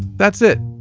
that's it.